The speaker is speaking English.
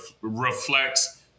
reflects